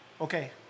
okay